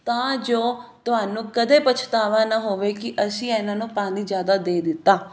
ਤਾਂ ਜੋ ਤੁਹਾਨੂੰ ਕਦੇ ਪਛਤਾਵਾ ਨਾ ਹੋਵੇ ਕਿ ਅਸੀਂ ਇਹਨਾਂ ਨੂੰ ਪਾਣੀ ਜ਼ਿਆਦਾ ਦੇ ਦਿੱਤਾ